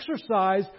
exercise